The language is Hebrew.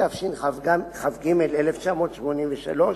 התשמ"ג 1983,